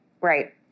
Right